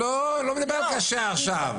אני לא מדבר על כשר עכשיו.